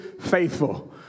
faithful